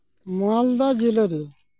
ᱢᱟᱞᱫᱟ ᱡᱤᱞᱟᱹ ᱨᱮ